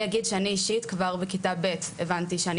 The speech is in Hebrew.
אני אגיד שאני אישית כבר בכיתה ב' הבנתי שאני